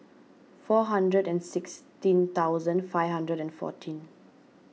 four hundred and sixteen thousand five hundred and fourteen